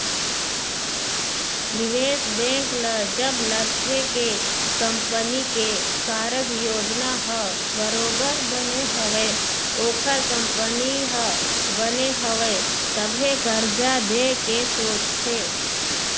निवेश बेंक ल जब लगथे के कंपनी के कारज योजना ह बरोबर बने हवय ओखर कंपनी ह बने हवय तभे करजा देय के सोचथे